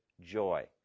joy